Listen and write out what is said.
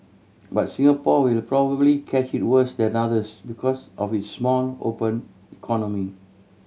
but Singapore will probably catch it worse than others because of its small open economy